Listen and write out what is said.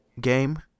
game